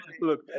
Look